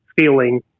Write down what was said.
feeling